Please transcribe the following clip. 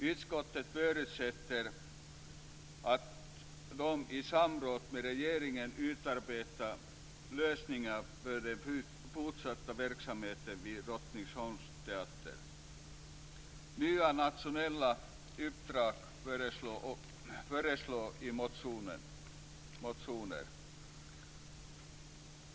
Utskottet förutsätter att de i samråd med regeringen utarbetar lösningar för den fortsatta verksamheten vid Drottningholmsteatern.